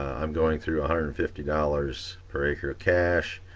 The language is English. i'm going through a hundred fifty dollars per acre cash.